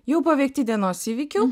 jau paveikti dienos įvykių